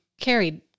carried